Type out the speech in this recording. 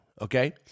okay